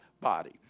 body